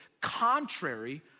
contrary